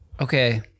Okay